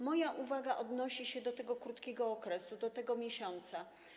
Moja uwaga odnosi się do tego krótkiego okresu, do tego miesiąca.